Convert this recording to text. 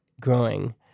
growing